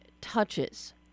touches